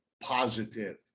positive